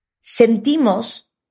sentimos